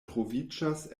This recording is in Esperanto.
troviĝas